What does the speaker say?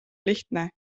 lihtne